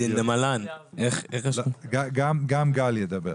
וגם גל ידבר.